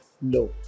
No